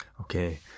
Okay